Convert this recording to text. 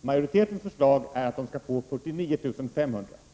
Majoritetens förslag är att de skall få 49 500 kr.